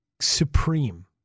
supreme